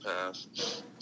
past